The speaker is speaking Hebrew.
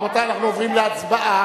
רבותי, אנחנו עוברים להצבעה.